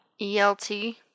ELT